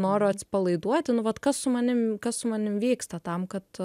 noro atsipalaiduoti nu vat kas su manim kas su manim vyksta tam kad